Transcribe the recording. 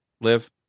live